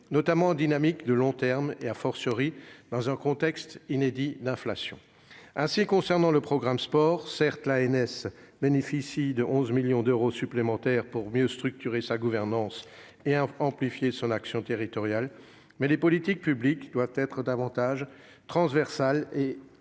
notamment en dynamique de long terme et,, dans un contexte inédit d'inflation. Ainsi, au sein du programme « Sport », l'ANS bénéficie certes de 11 millions d'euros supplémentaires pour mieux structurer sa gouvernance et amplifier son action territoriale, mais les politiques publiques doivent être davantage transversales et associer